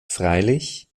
freilich